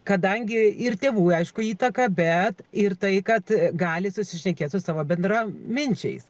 kadangi ir tėvų aišku įtaka bet ir tai kad gali susišnekėt su savo bendraminčiais